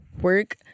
work